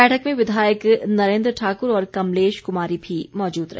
बैठक में विधायक नरेंद्र ठाकुर और कमलेश कुमारी भी मौजूद रहे